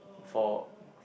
for